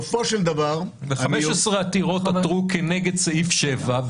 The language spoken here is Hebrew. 15 עתירות עתרו כנגד סעיף 7,